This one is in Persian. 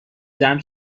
جمع